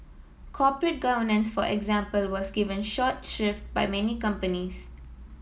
corporate governance for example was given short shrift by many companies